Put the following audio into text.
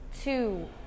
two